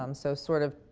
um so, sort of,